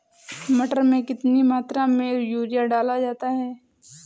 मटर में कितनी मात्रा में यूरिया डाला जाता है?